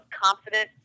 confident